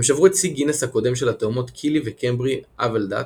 הם שברו את שיא גינס הקודם של התאומות קילי וקמברי אוולדט